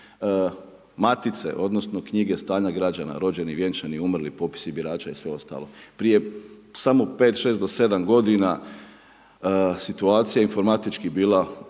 Matice, odnosno knjige stanja građa rođenih, vjenčanih, umrlih, popisi birača i sve ostalo, prije samo 5, 6 do 7 g. situacija informatički je bila